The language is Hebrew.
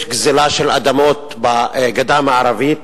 יש גזלה של אדמות בגדה המערבית,